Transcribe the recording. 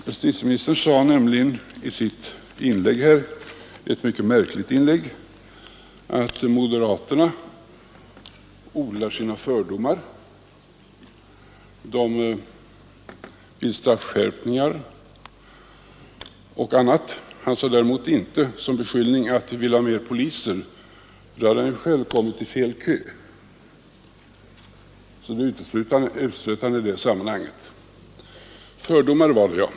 Justitieministern sade nämligen i sitt inlägg — ett mycket märkligt inlägg — att moderaterna odlar sina fördomar, att de vill straffskärpningar och annat. Han sade däremot inte som beskyllning att vi vill ha flera poliser, ty då hade han själv kommit i fel kö, så det uteslöt han i det sammanhanget. Fördomar var det, ja.